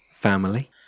family